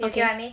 okay